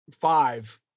five